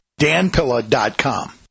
danpilla.com